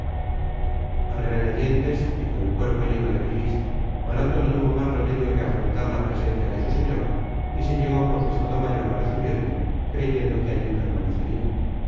a regañadientes y con el cuerpo lleno de bilis maroto no tuvo más remedio que afrontar la presencia de su señor y se llegó con su estado mayor a recibirle creyendo que allí permanecería